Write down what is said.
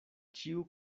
ĉiu